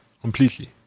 Completely